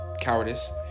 cowardice